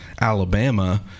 Alabama